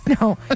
No